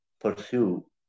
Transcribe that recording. Pursue